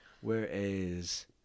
Whereas